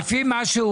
לפי מה שהוא